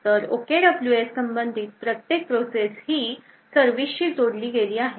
तर OKWS संबंधित प्रत्येक प्रोसेस ही सर्विसशी जोडली गेली आहे